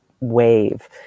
wave